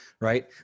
right